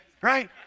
right